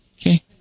Okay